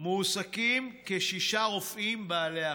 מועסקים כשישה רופאים בעלי הכשרה,